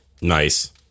Nice